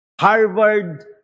Harvard